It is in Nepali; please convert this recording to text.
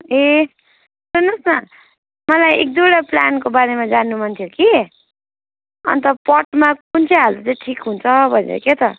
ए सुन्नु होस् न मलाई एक दुइवटा प्लान्टको बारेमा जान्नु मन थियो कि अन्त पटमा कुन चाहिँ हाल्दा चाहिँ छ ठिक हुन्छ भनेर के त